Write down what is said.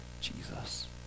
Jesus